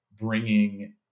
bringing